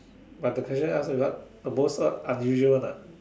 but the question ask is what the most what unusual one ah